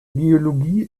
geologie